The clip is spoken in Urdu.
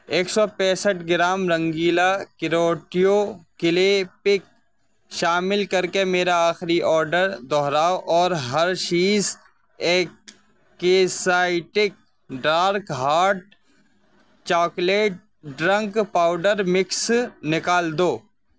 ایک سو پینسٹھ گرام رنگیلا کروٹیو کلے پک شامل کر کے میرا آخری آڈر دوہراؤ اور ہرشیز ایک کیسائٹک dark hot chocolate drink powder mix نکال دو